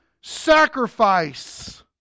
sacrifice